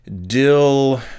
dill